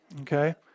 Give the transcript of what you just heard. Okay